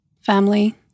family